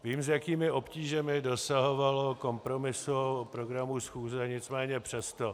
Vím, s jakými obtížemi dosahovalo kompromisu o programu schůze, nicméně přesto.